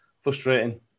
Frustrating